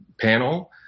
panel